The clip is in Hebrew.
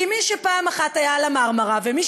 כי מי שפעם אחת היה על ה"מרמרה" ומי